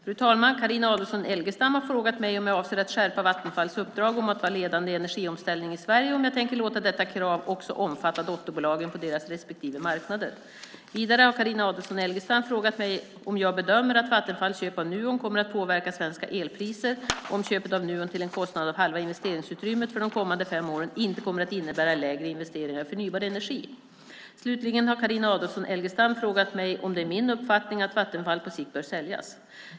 Fru talman! Carina Adolfsson Elgestam har frågat mig om jag avser att skärpa Vattenfalls uppdrag att vara ledande i energiomställningen i Sverige och om jag tänker låta detta krav också omfatta dotterbolagen på deras respektive marknader. Vidare har Carina Adolfsson Elgestam frågat mig om jag bedömer att Vattenfalls köp av Nuon kommer att påverka svenska elpriser och om köpet av Nuon till en kostnad av halva investeringsutrymmet för de kommande fem åren inte kommer att innebära lägre investeringar i förnybar energi. Slutligen har Carina Adolfsson Elgestam frågat mig om det är min uppfattning att Vattenfall på sikt bör säljas.